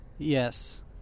yes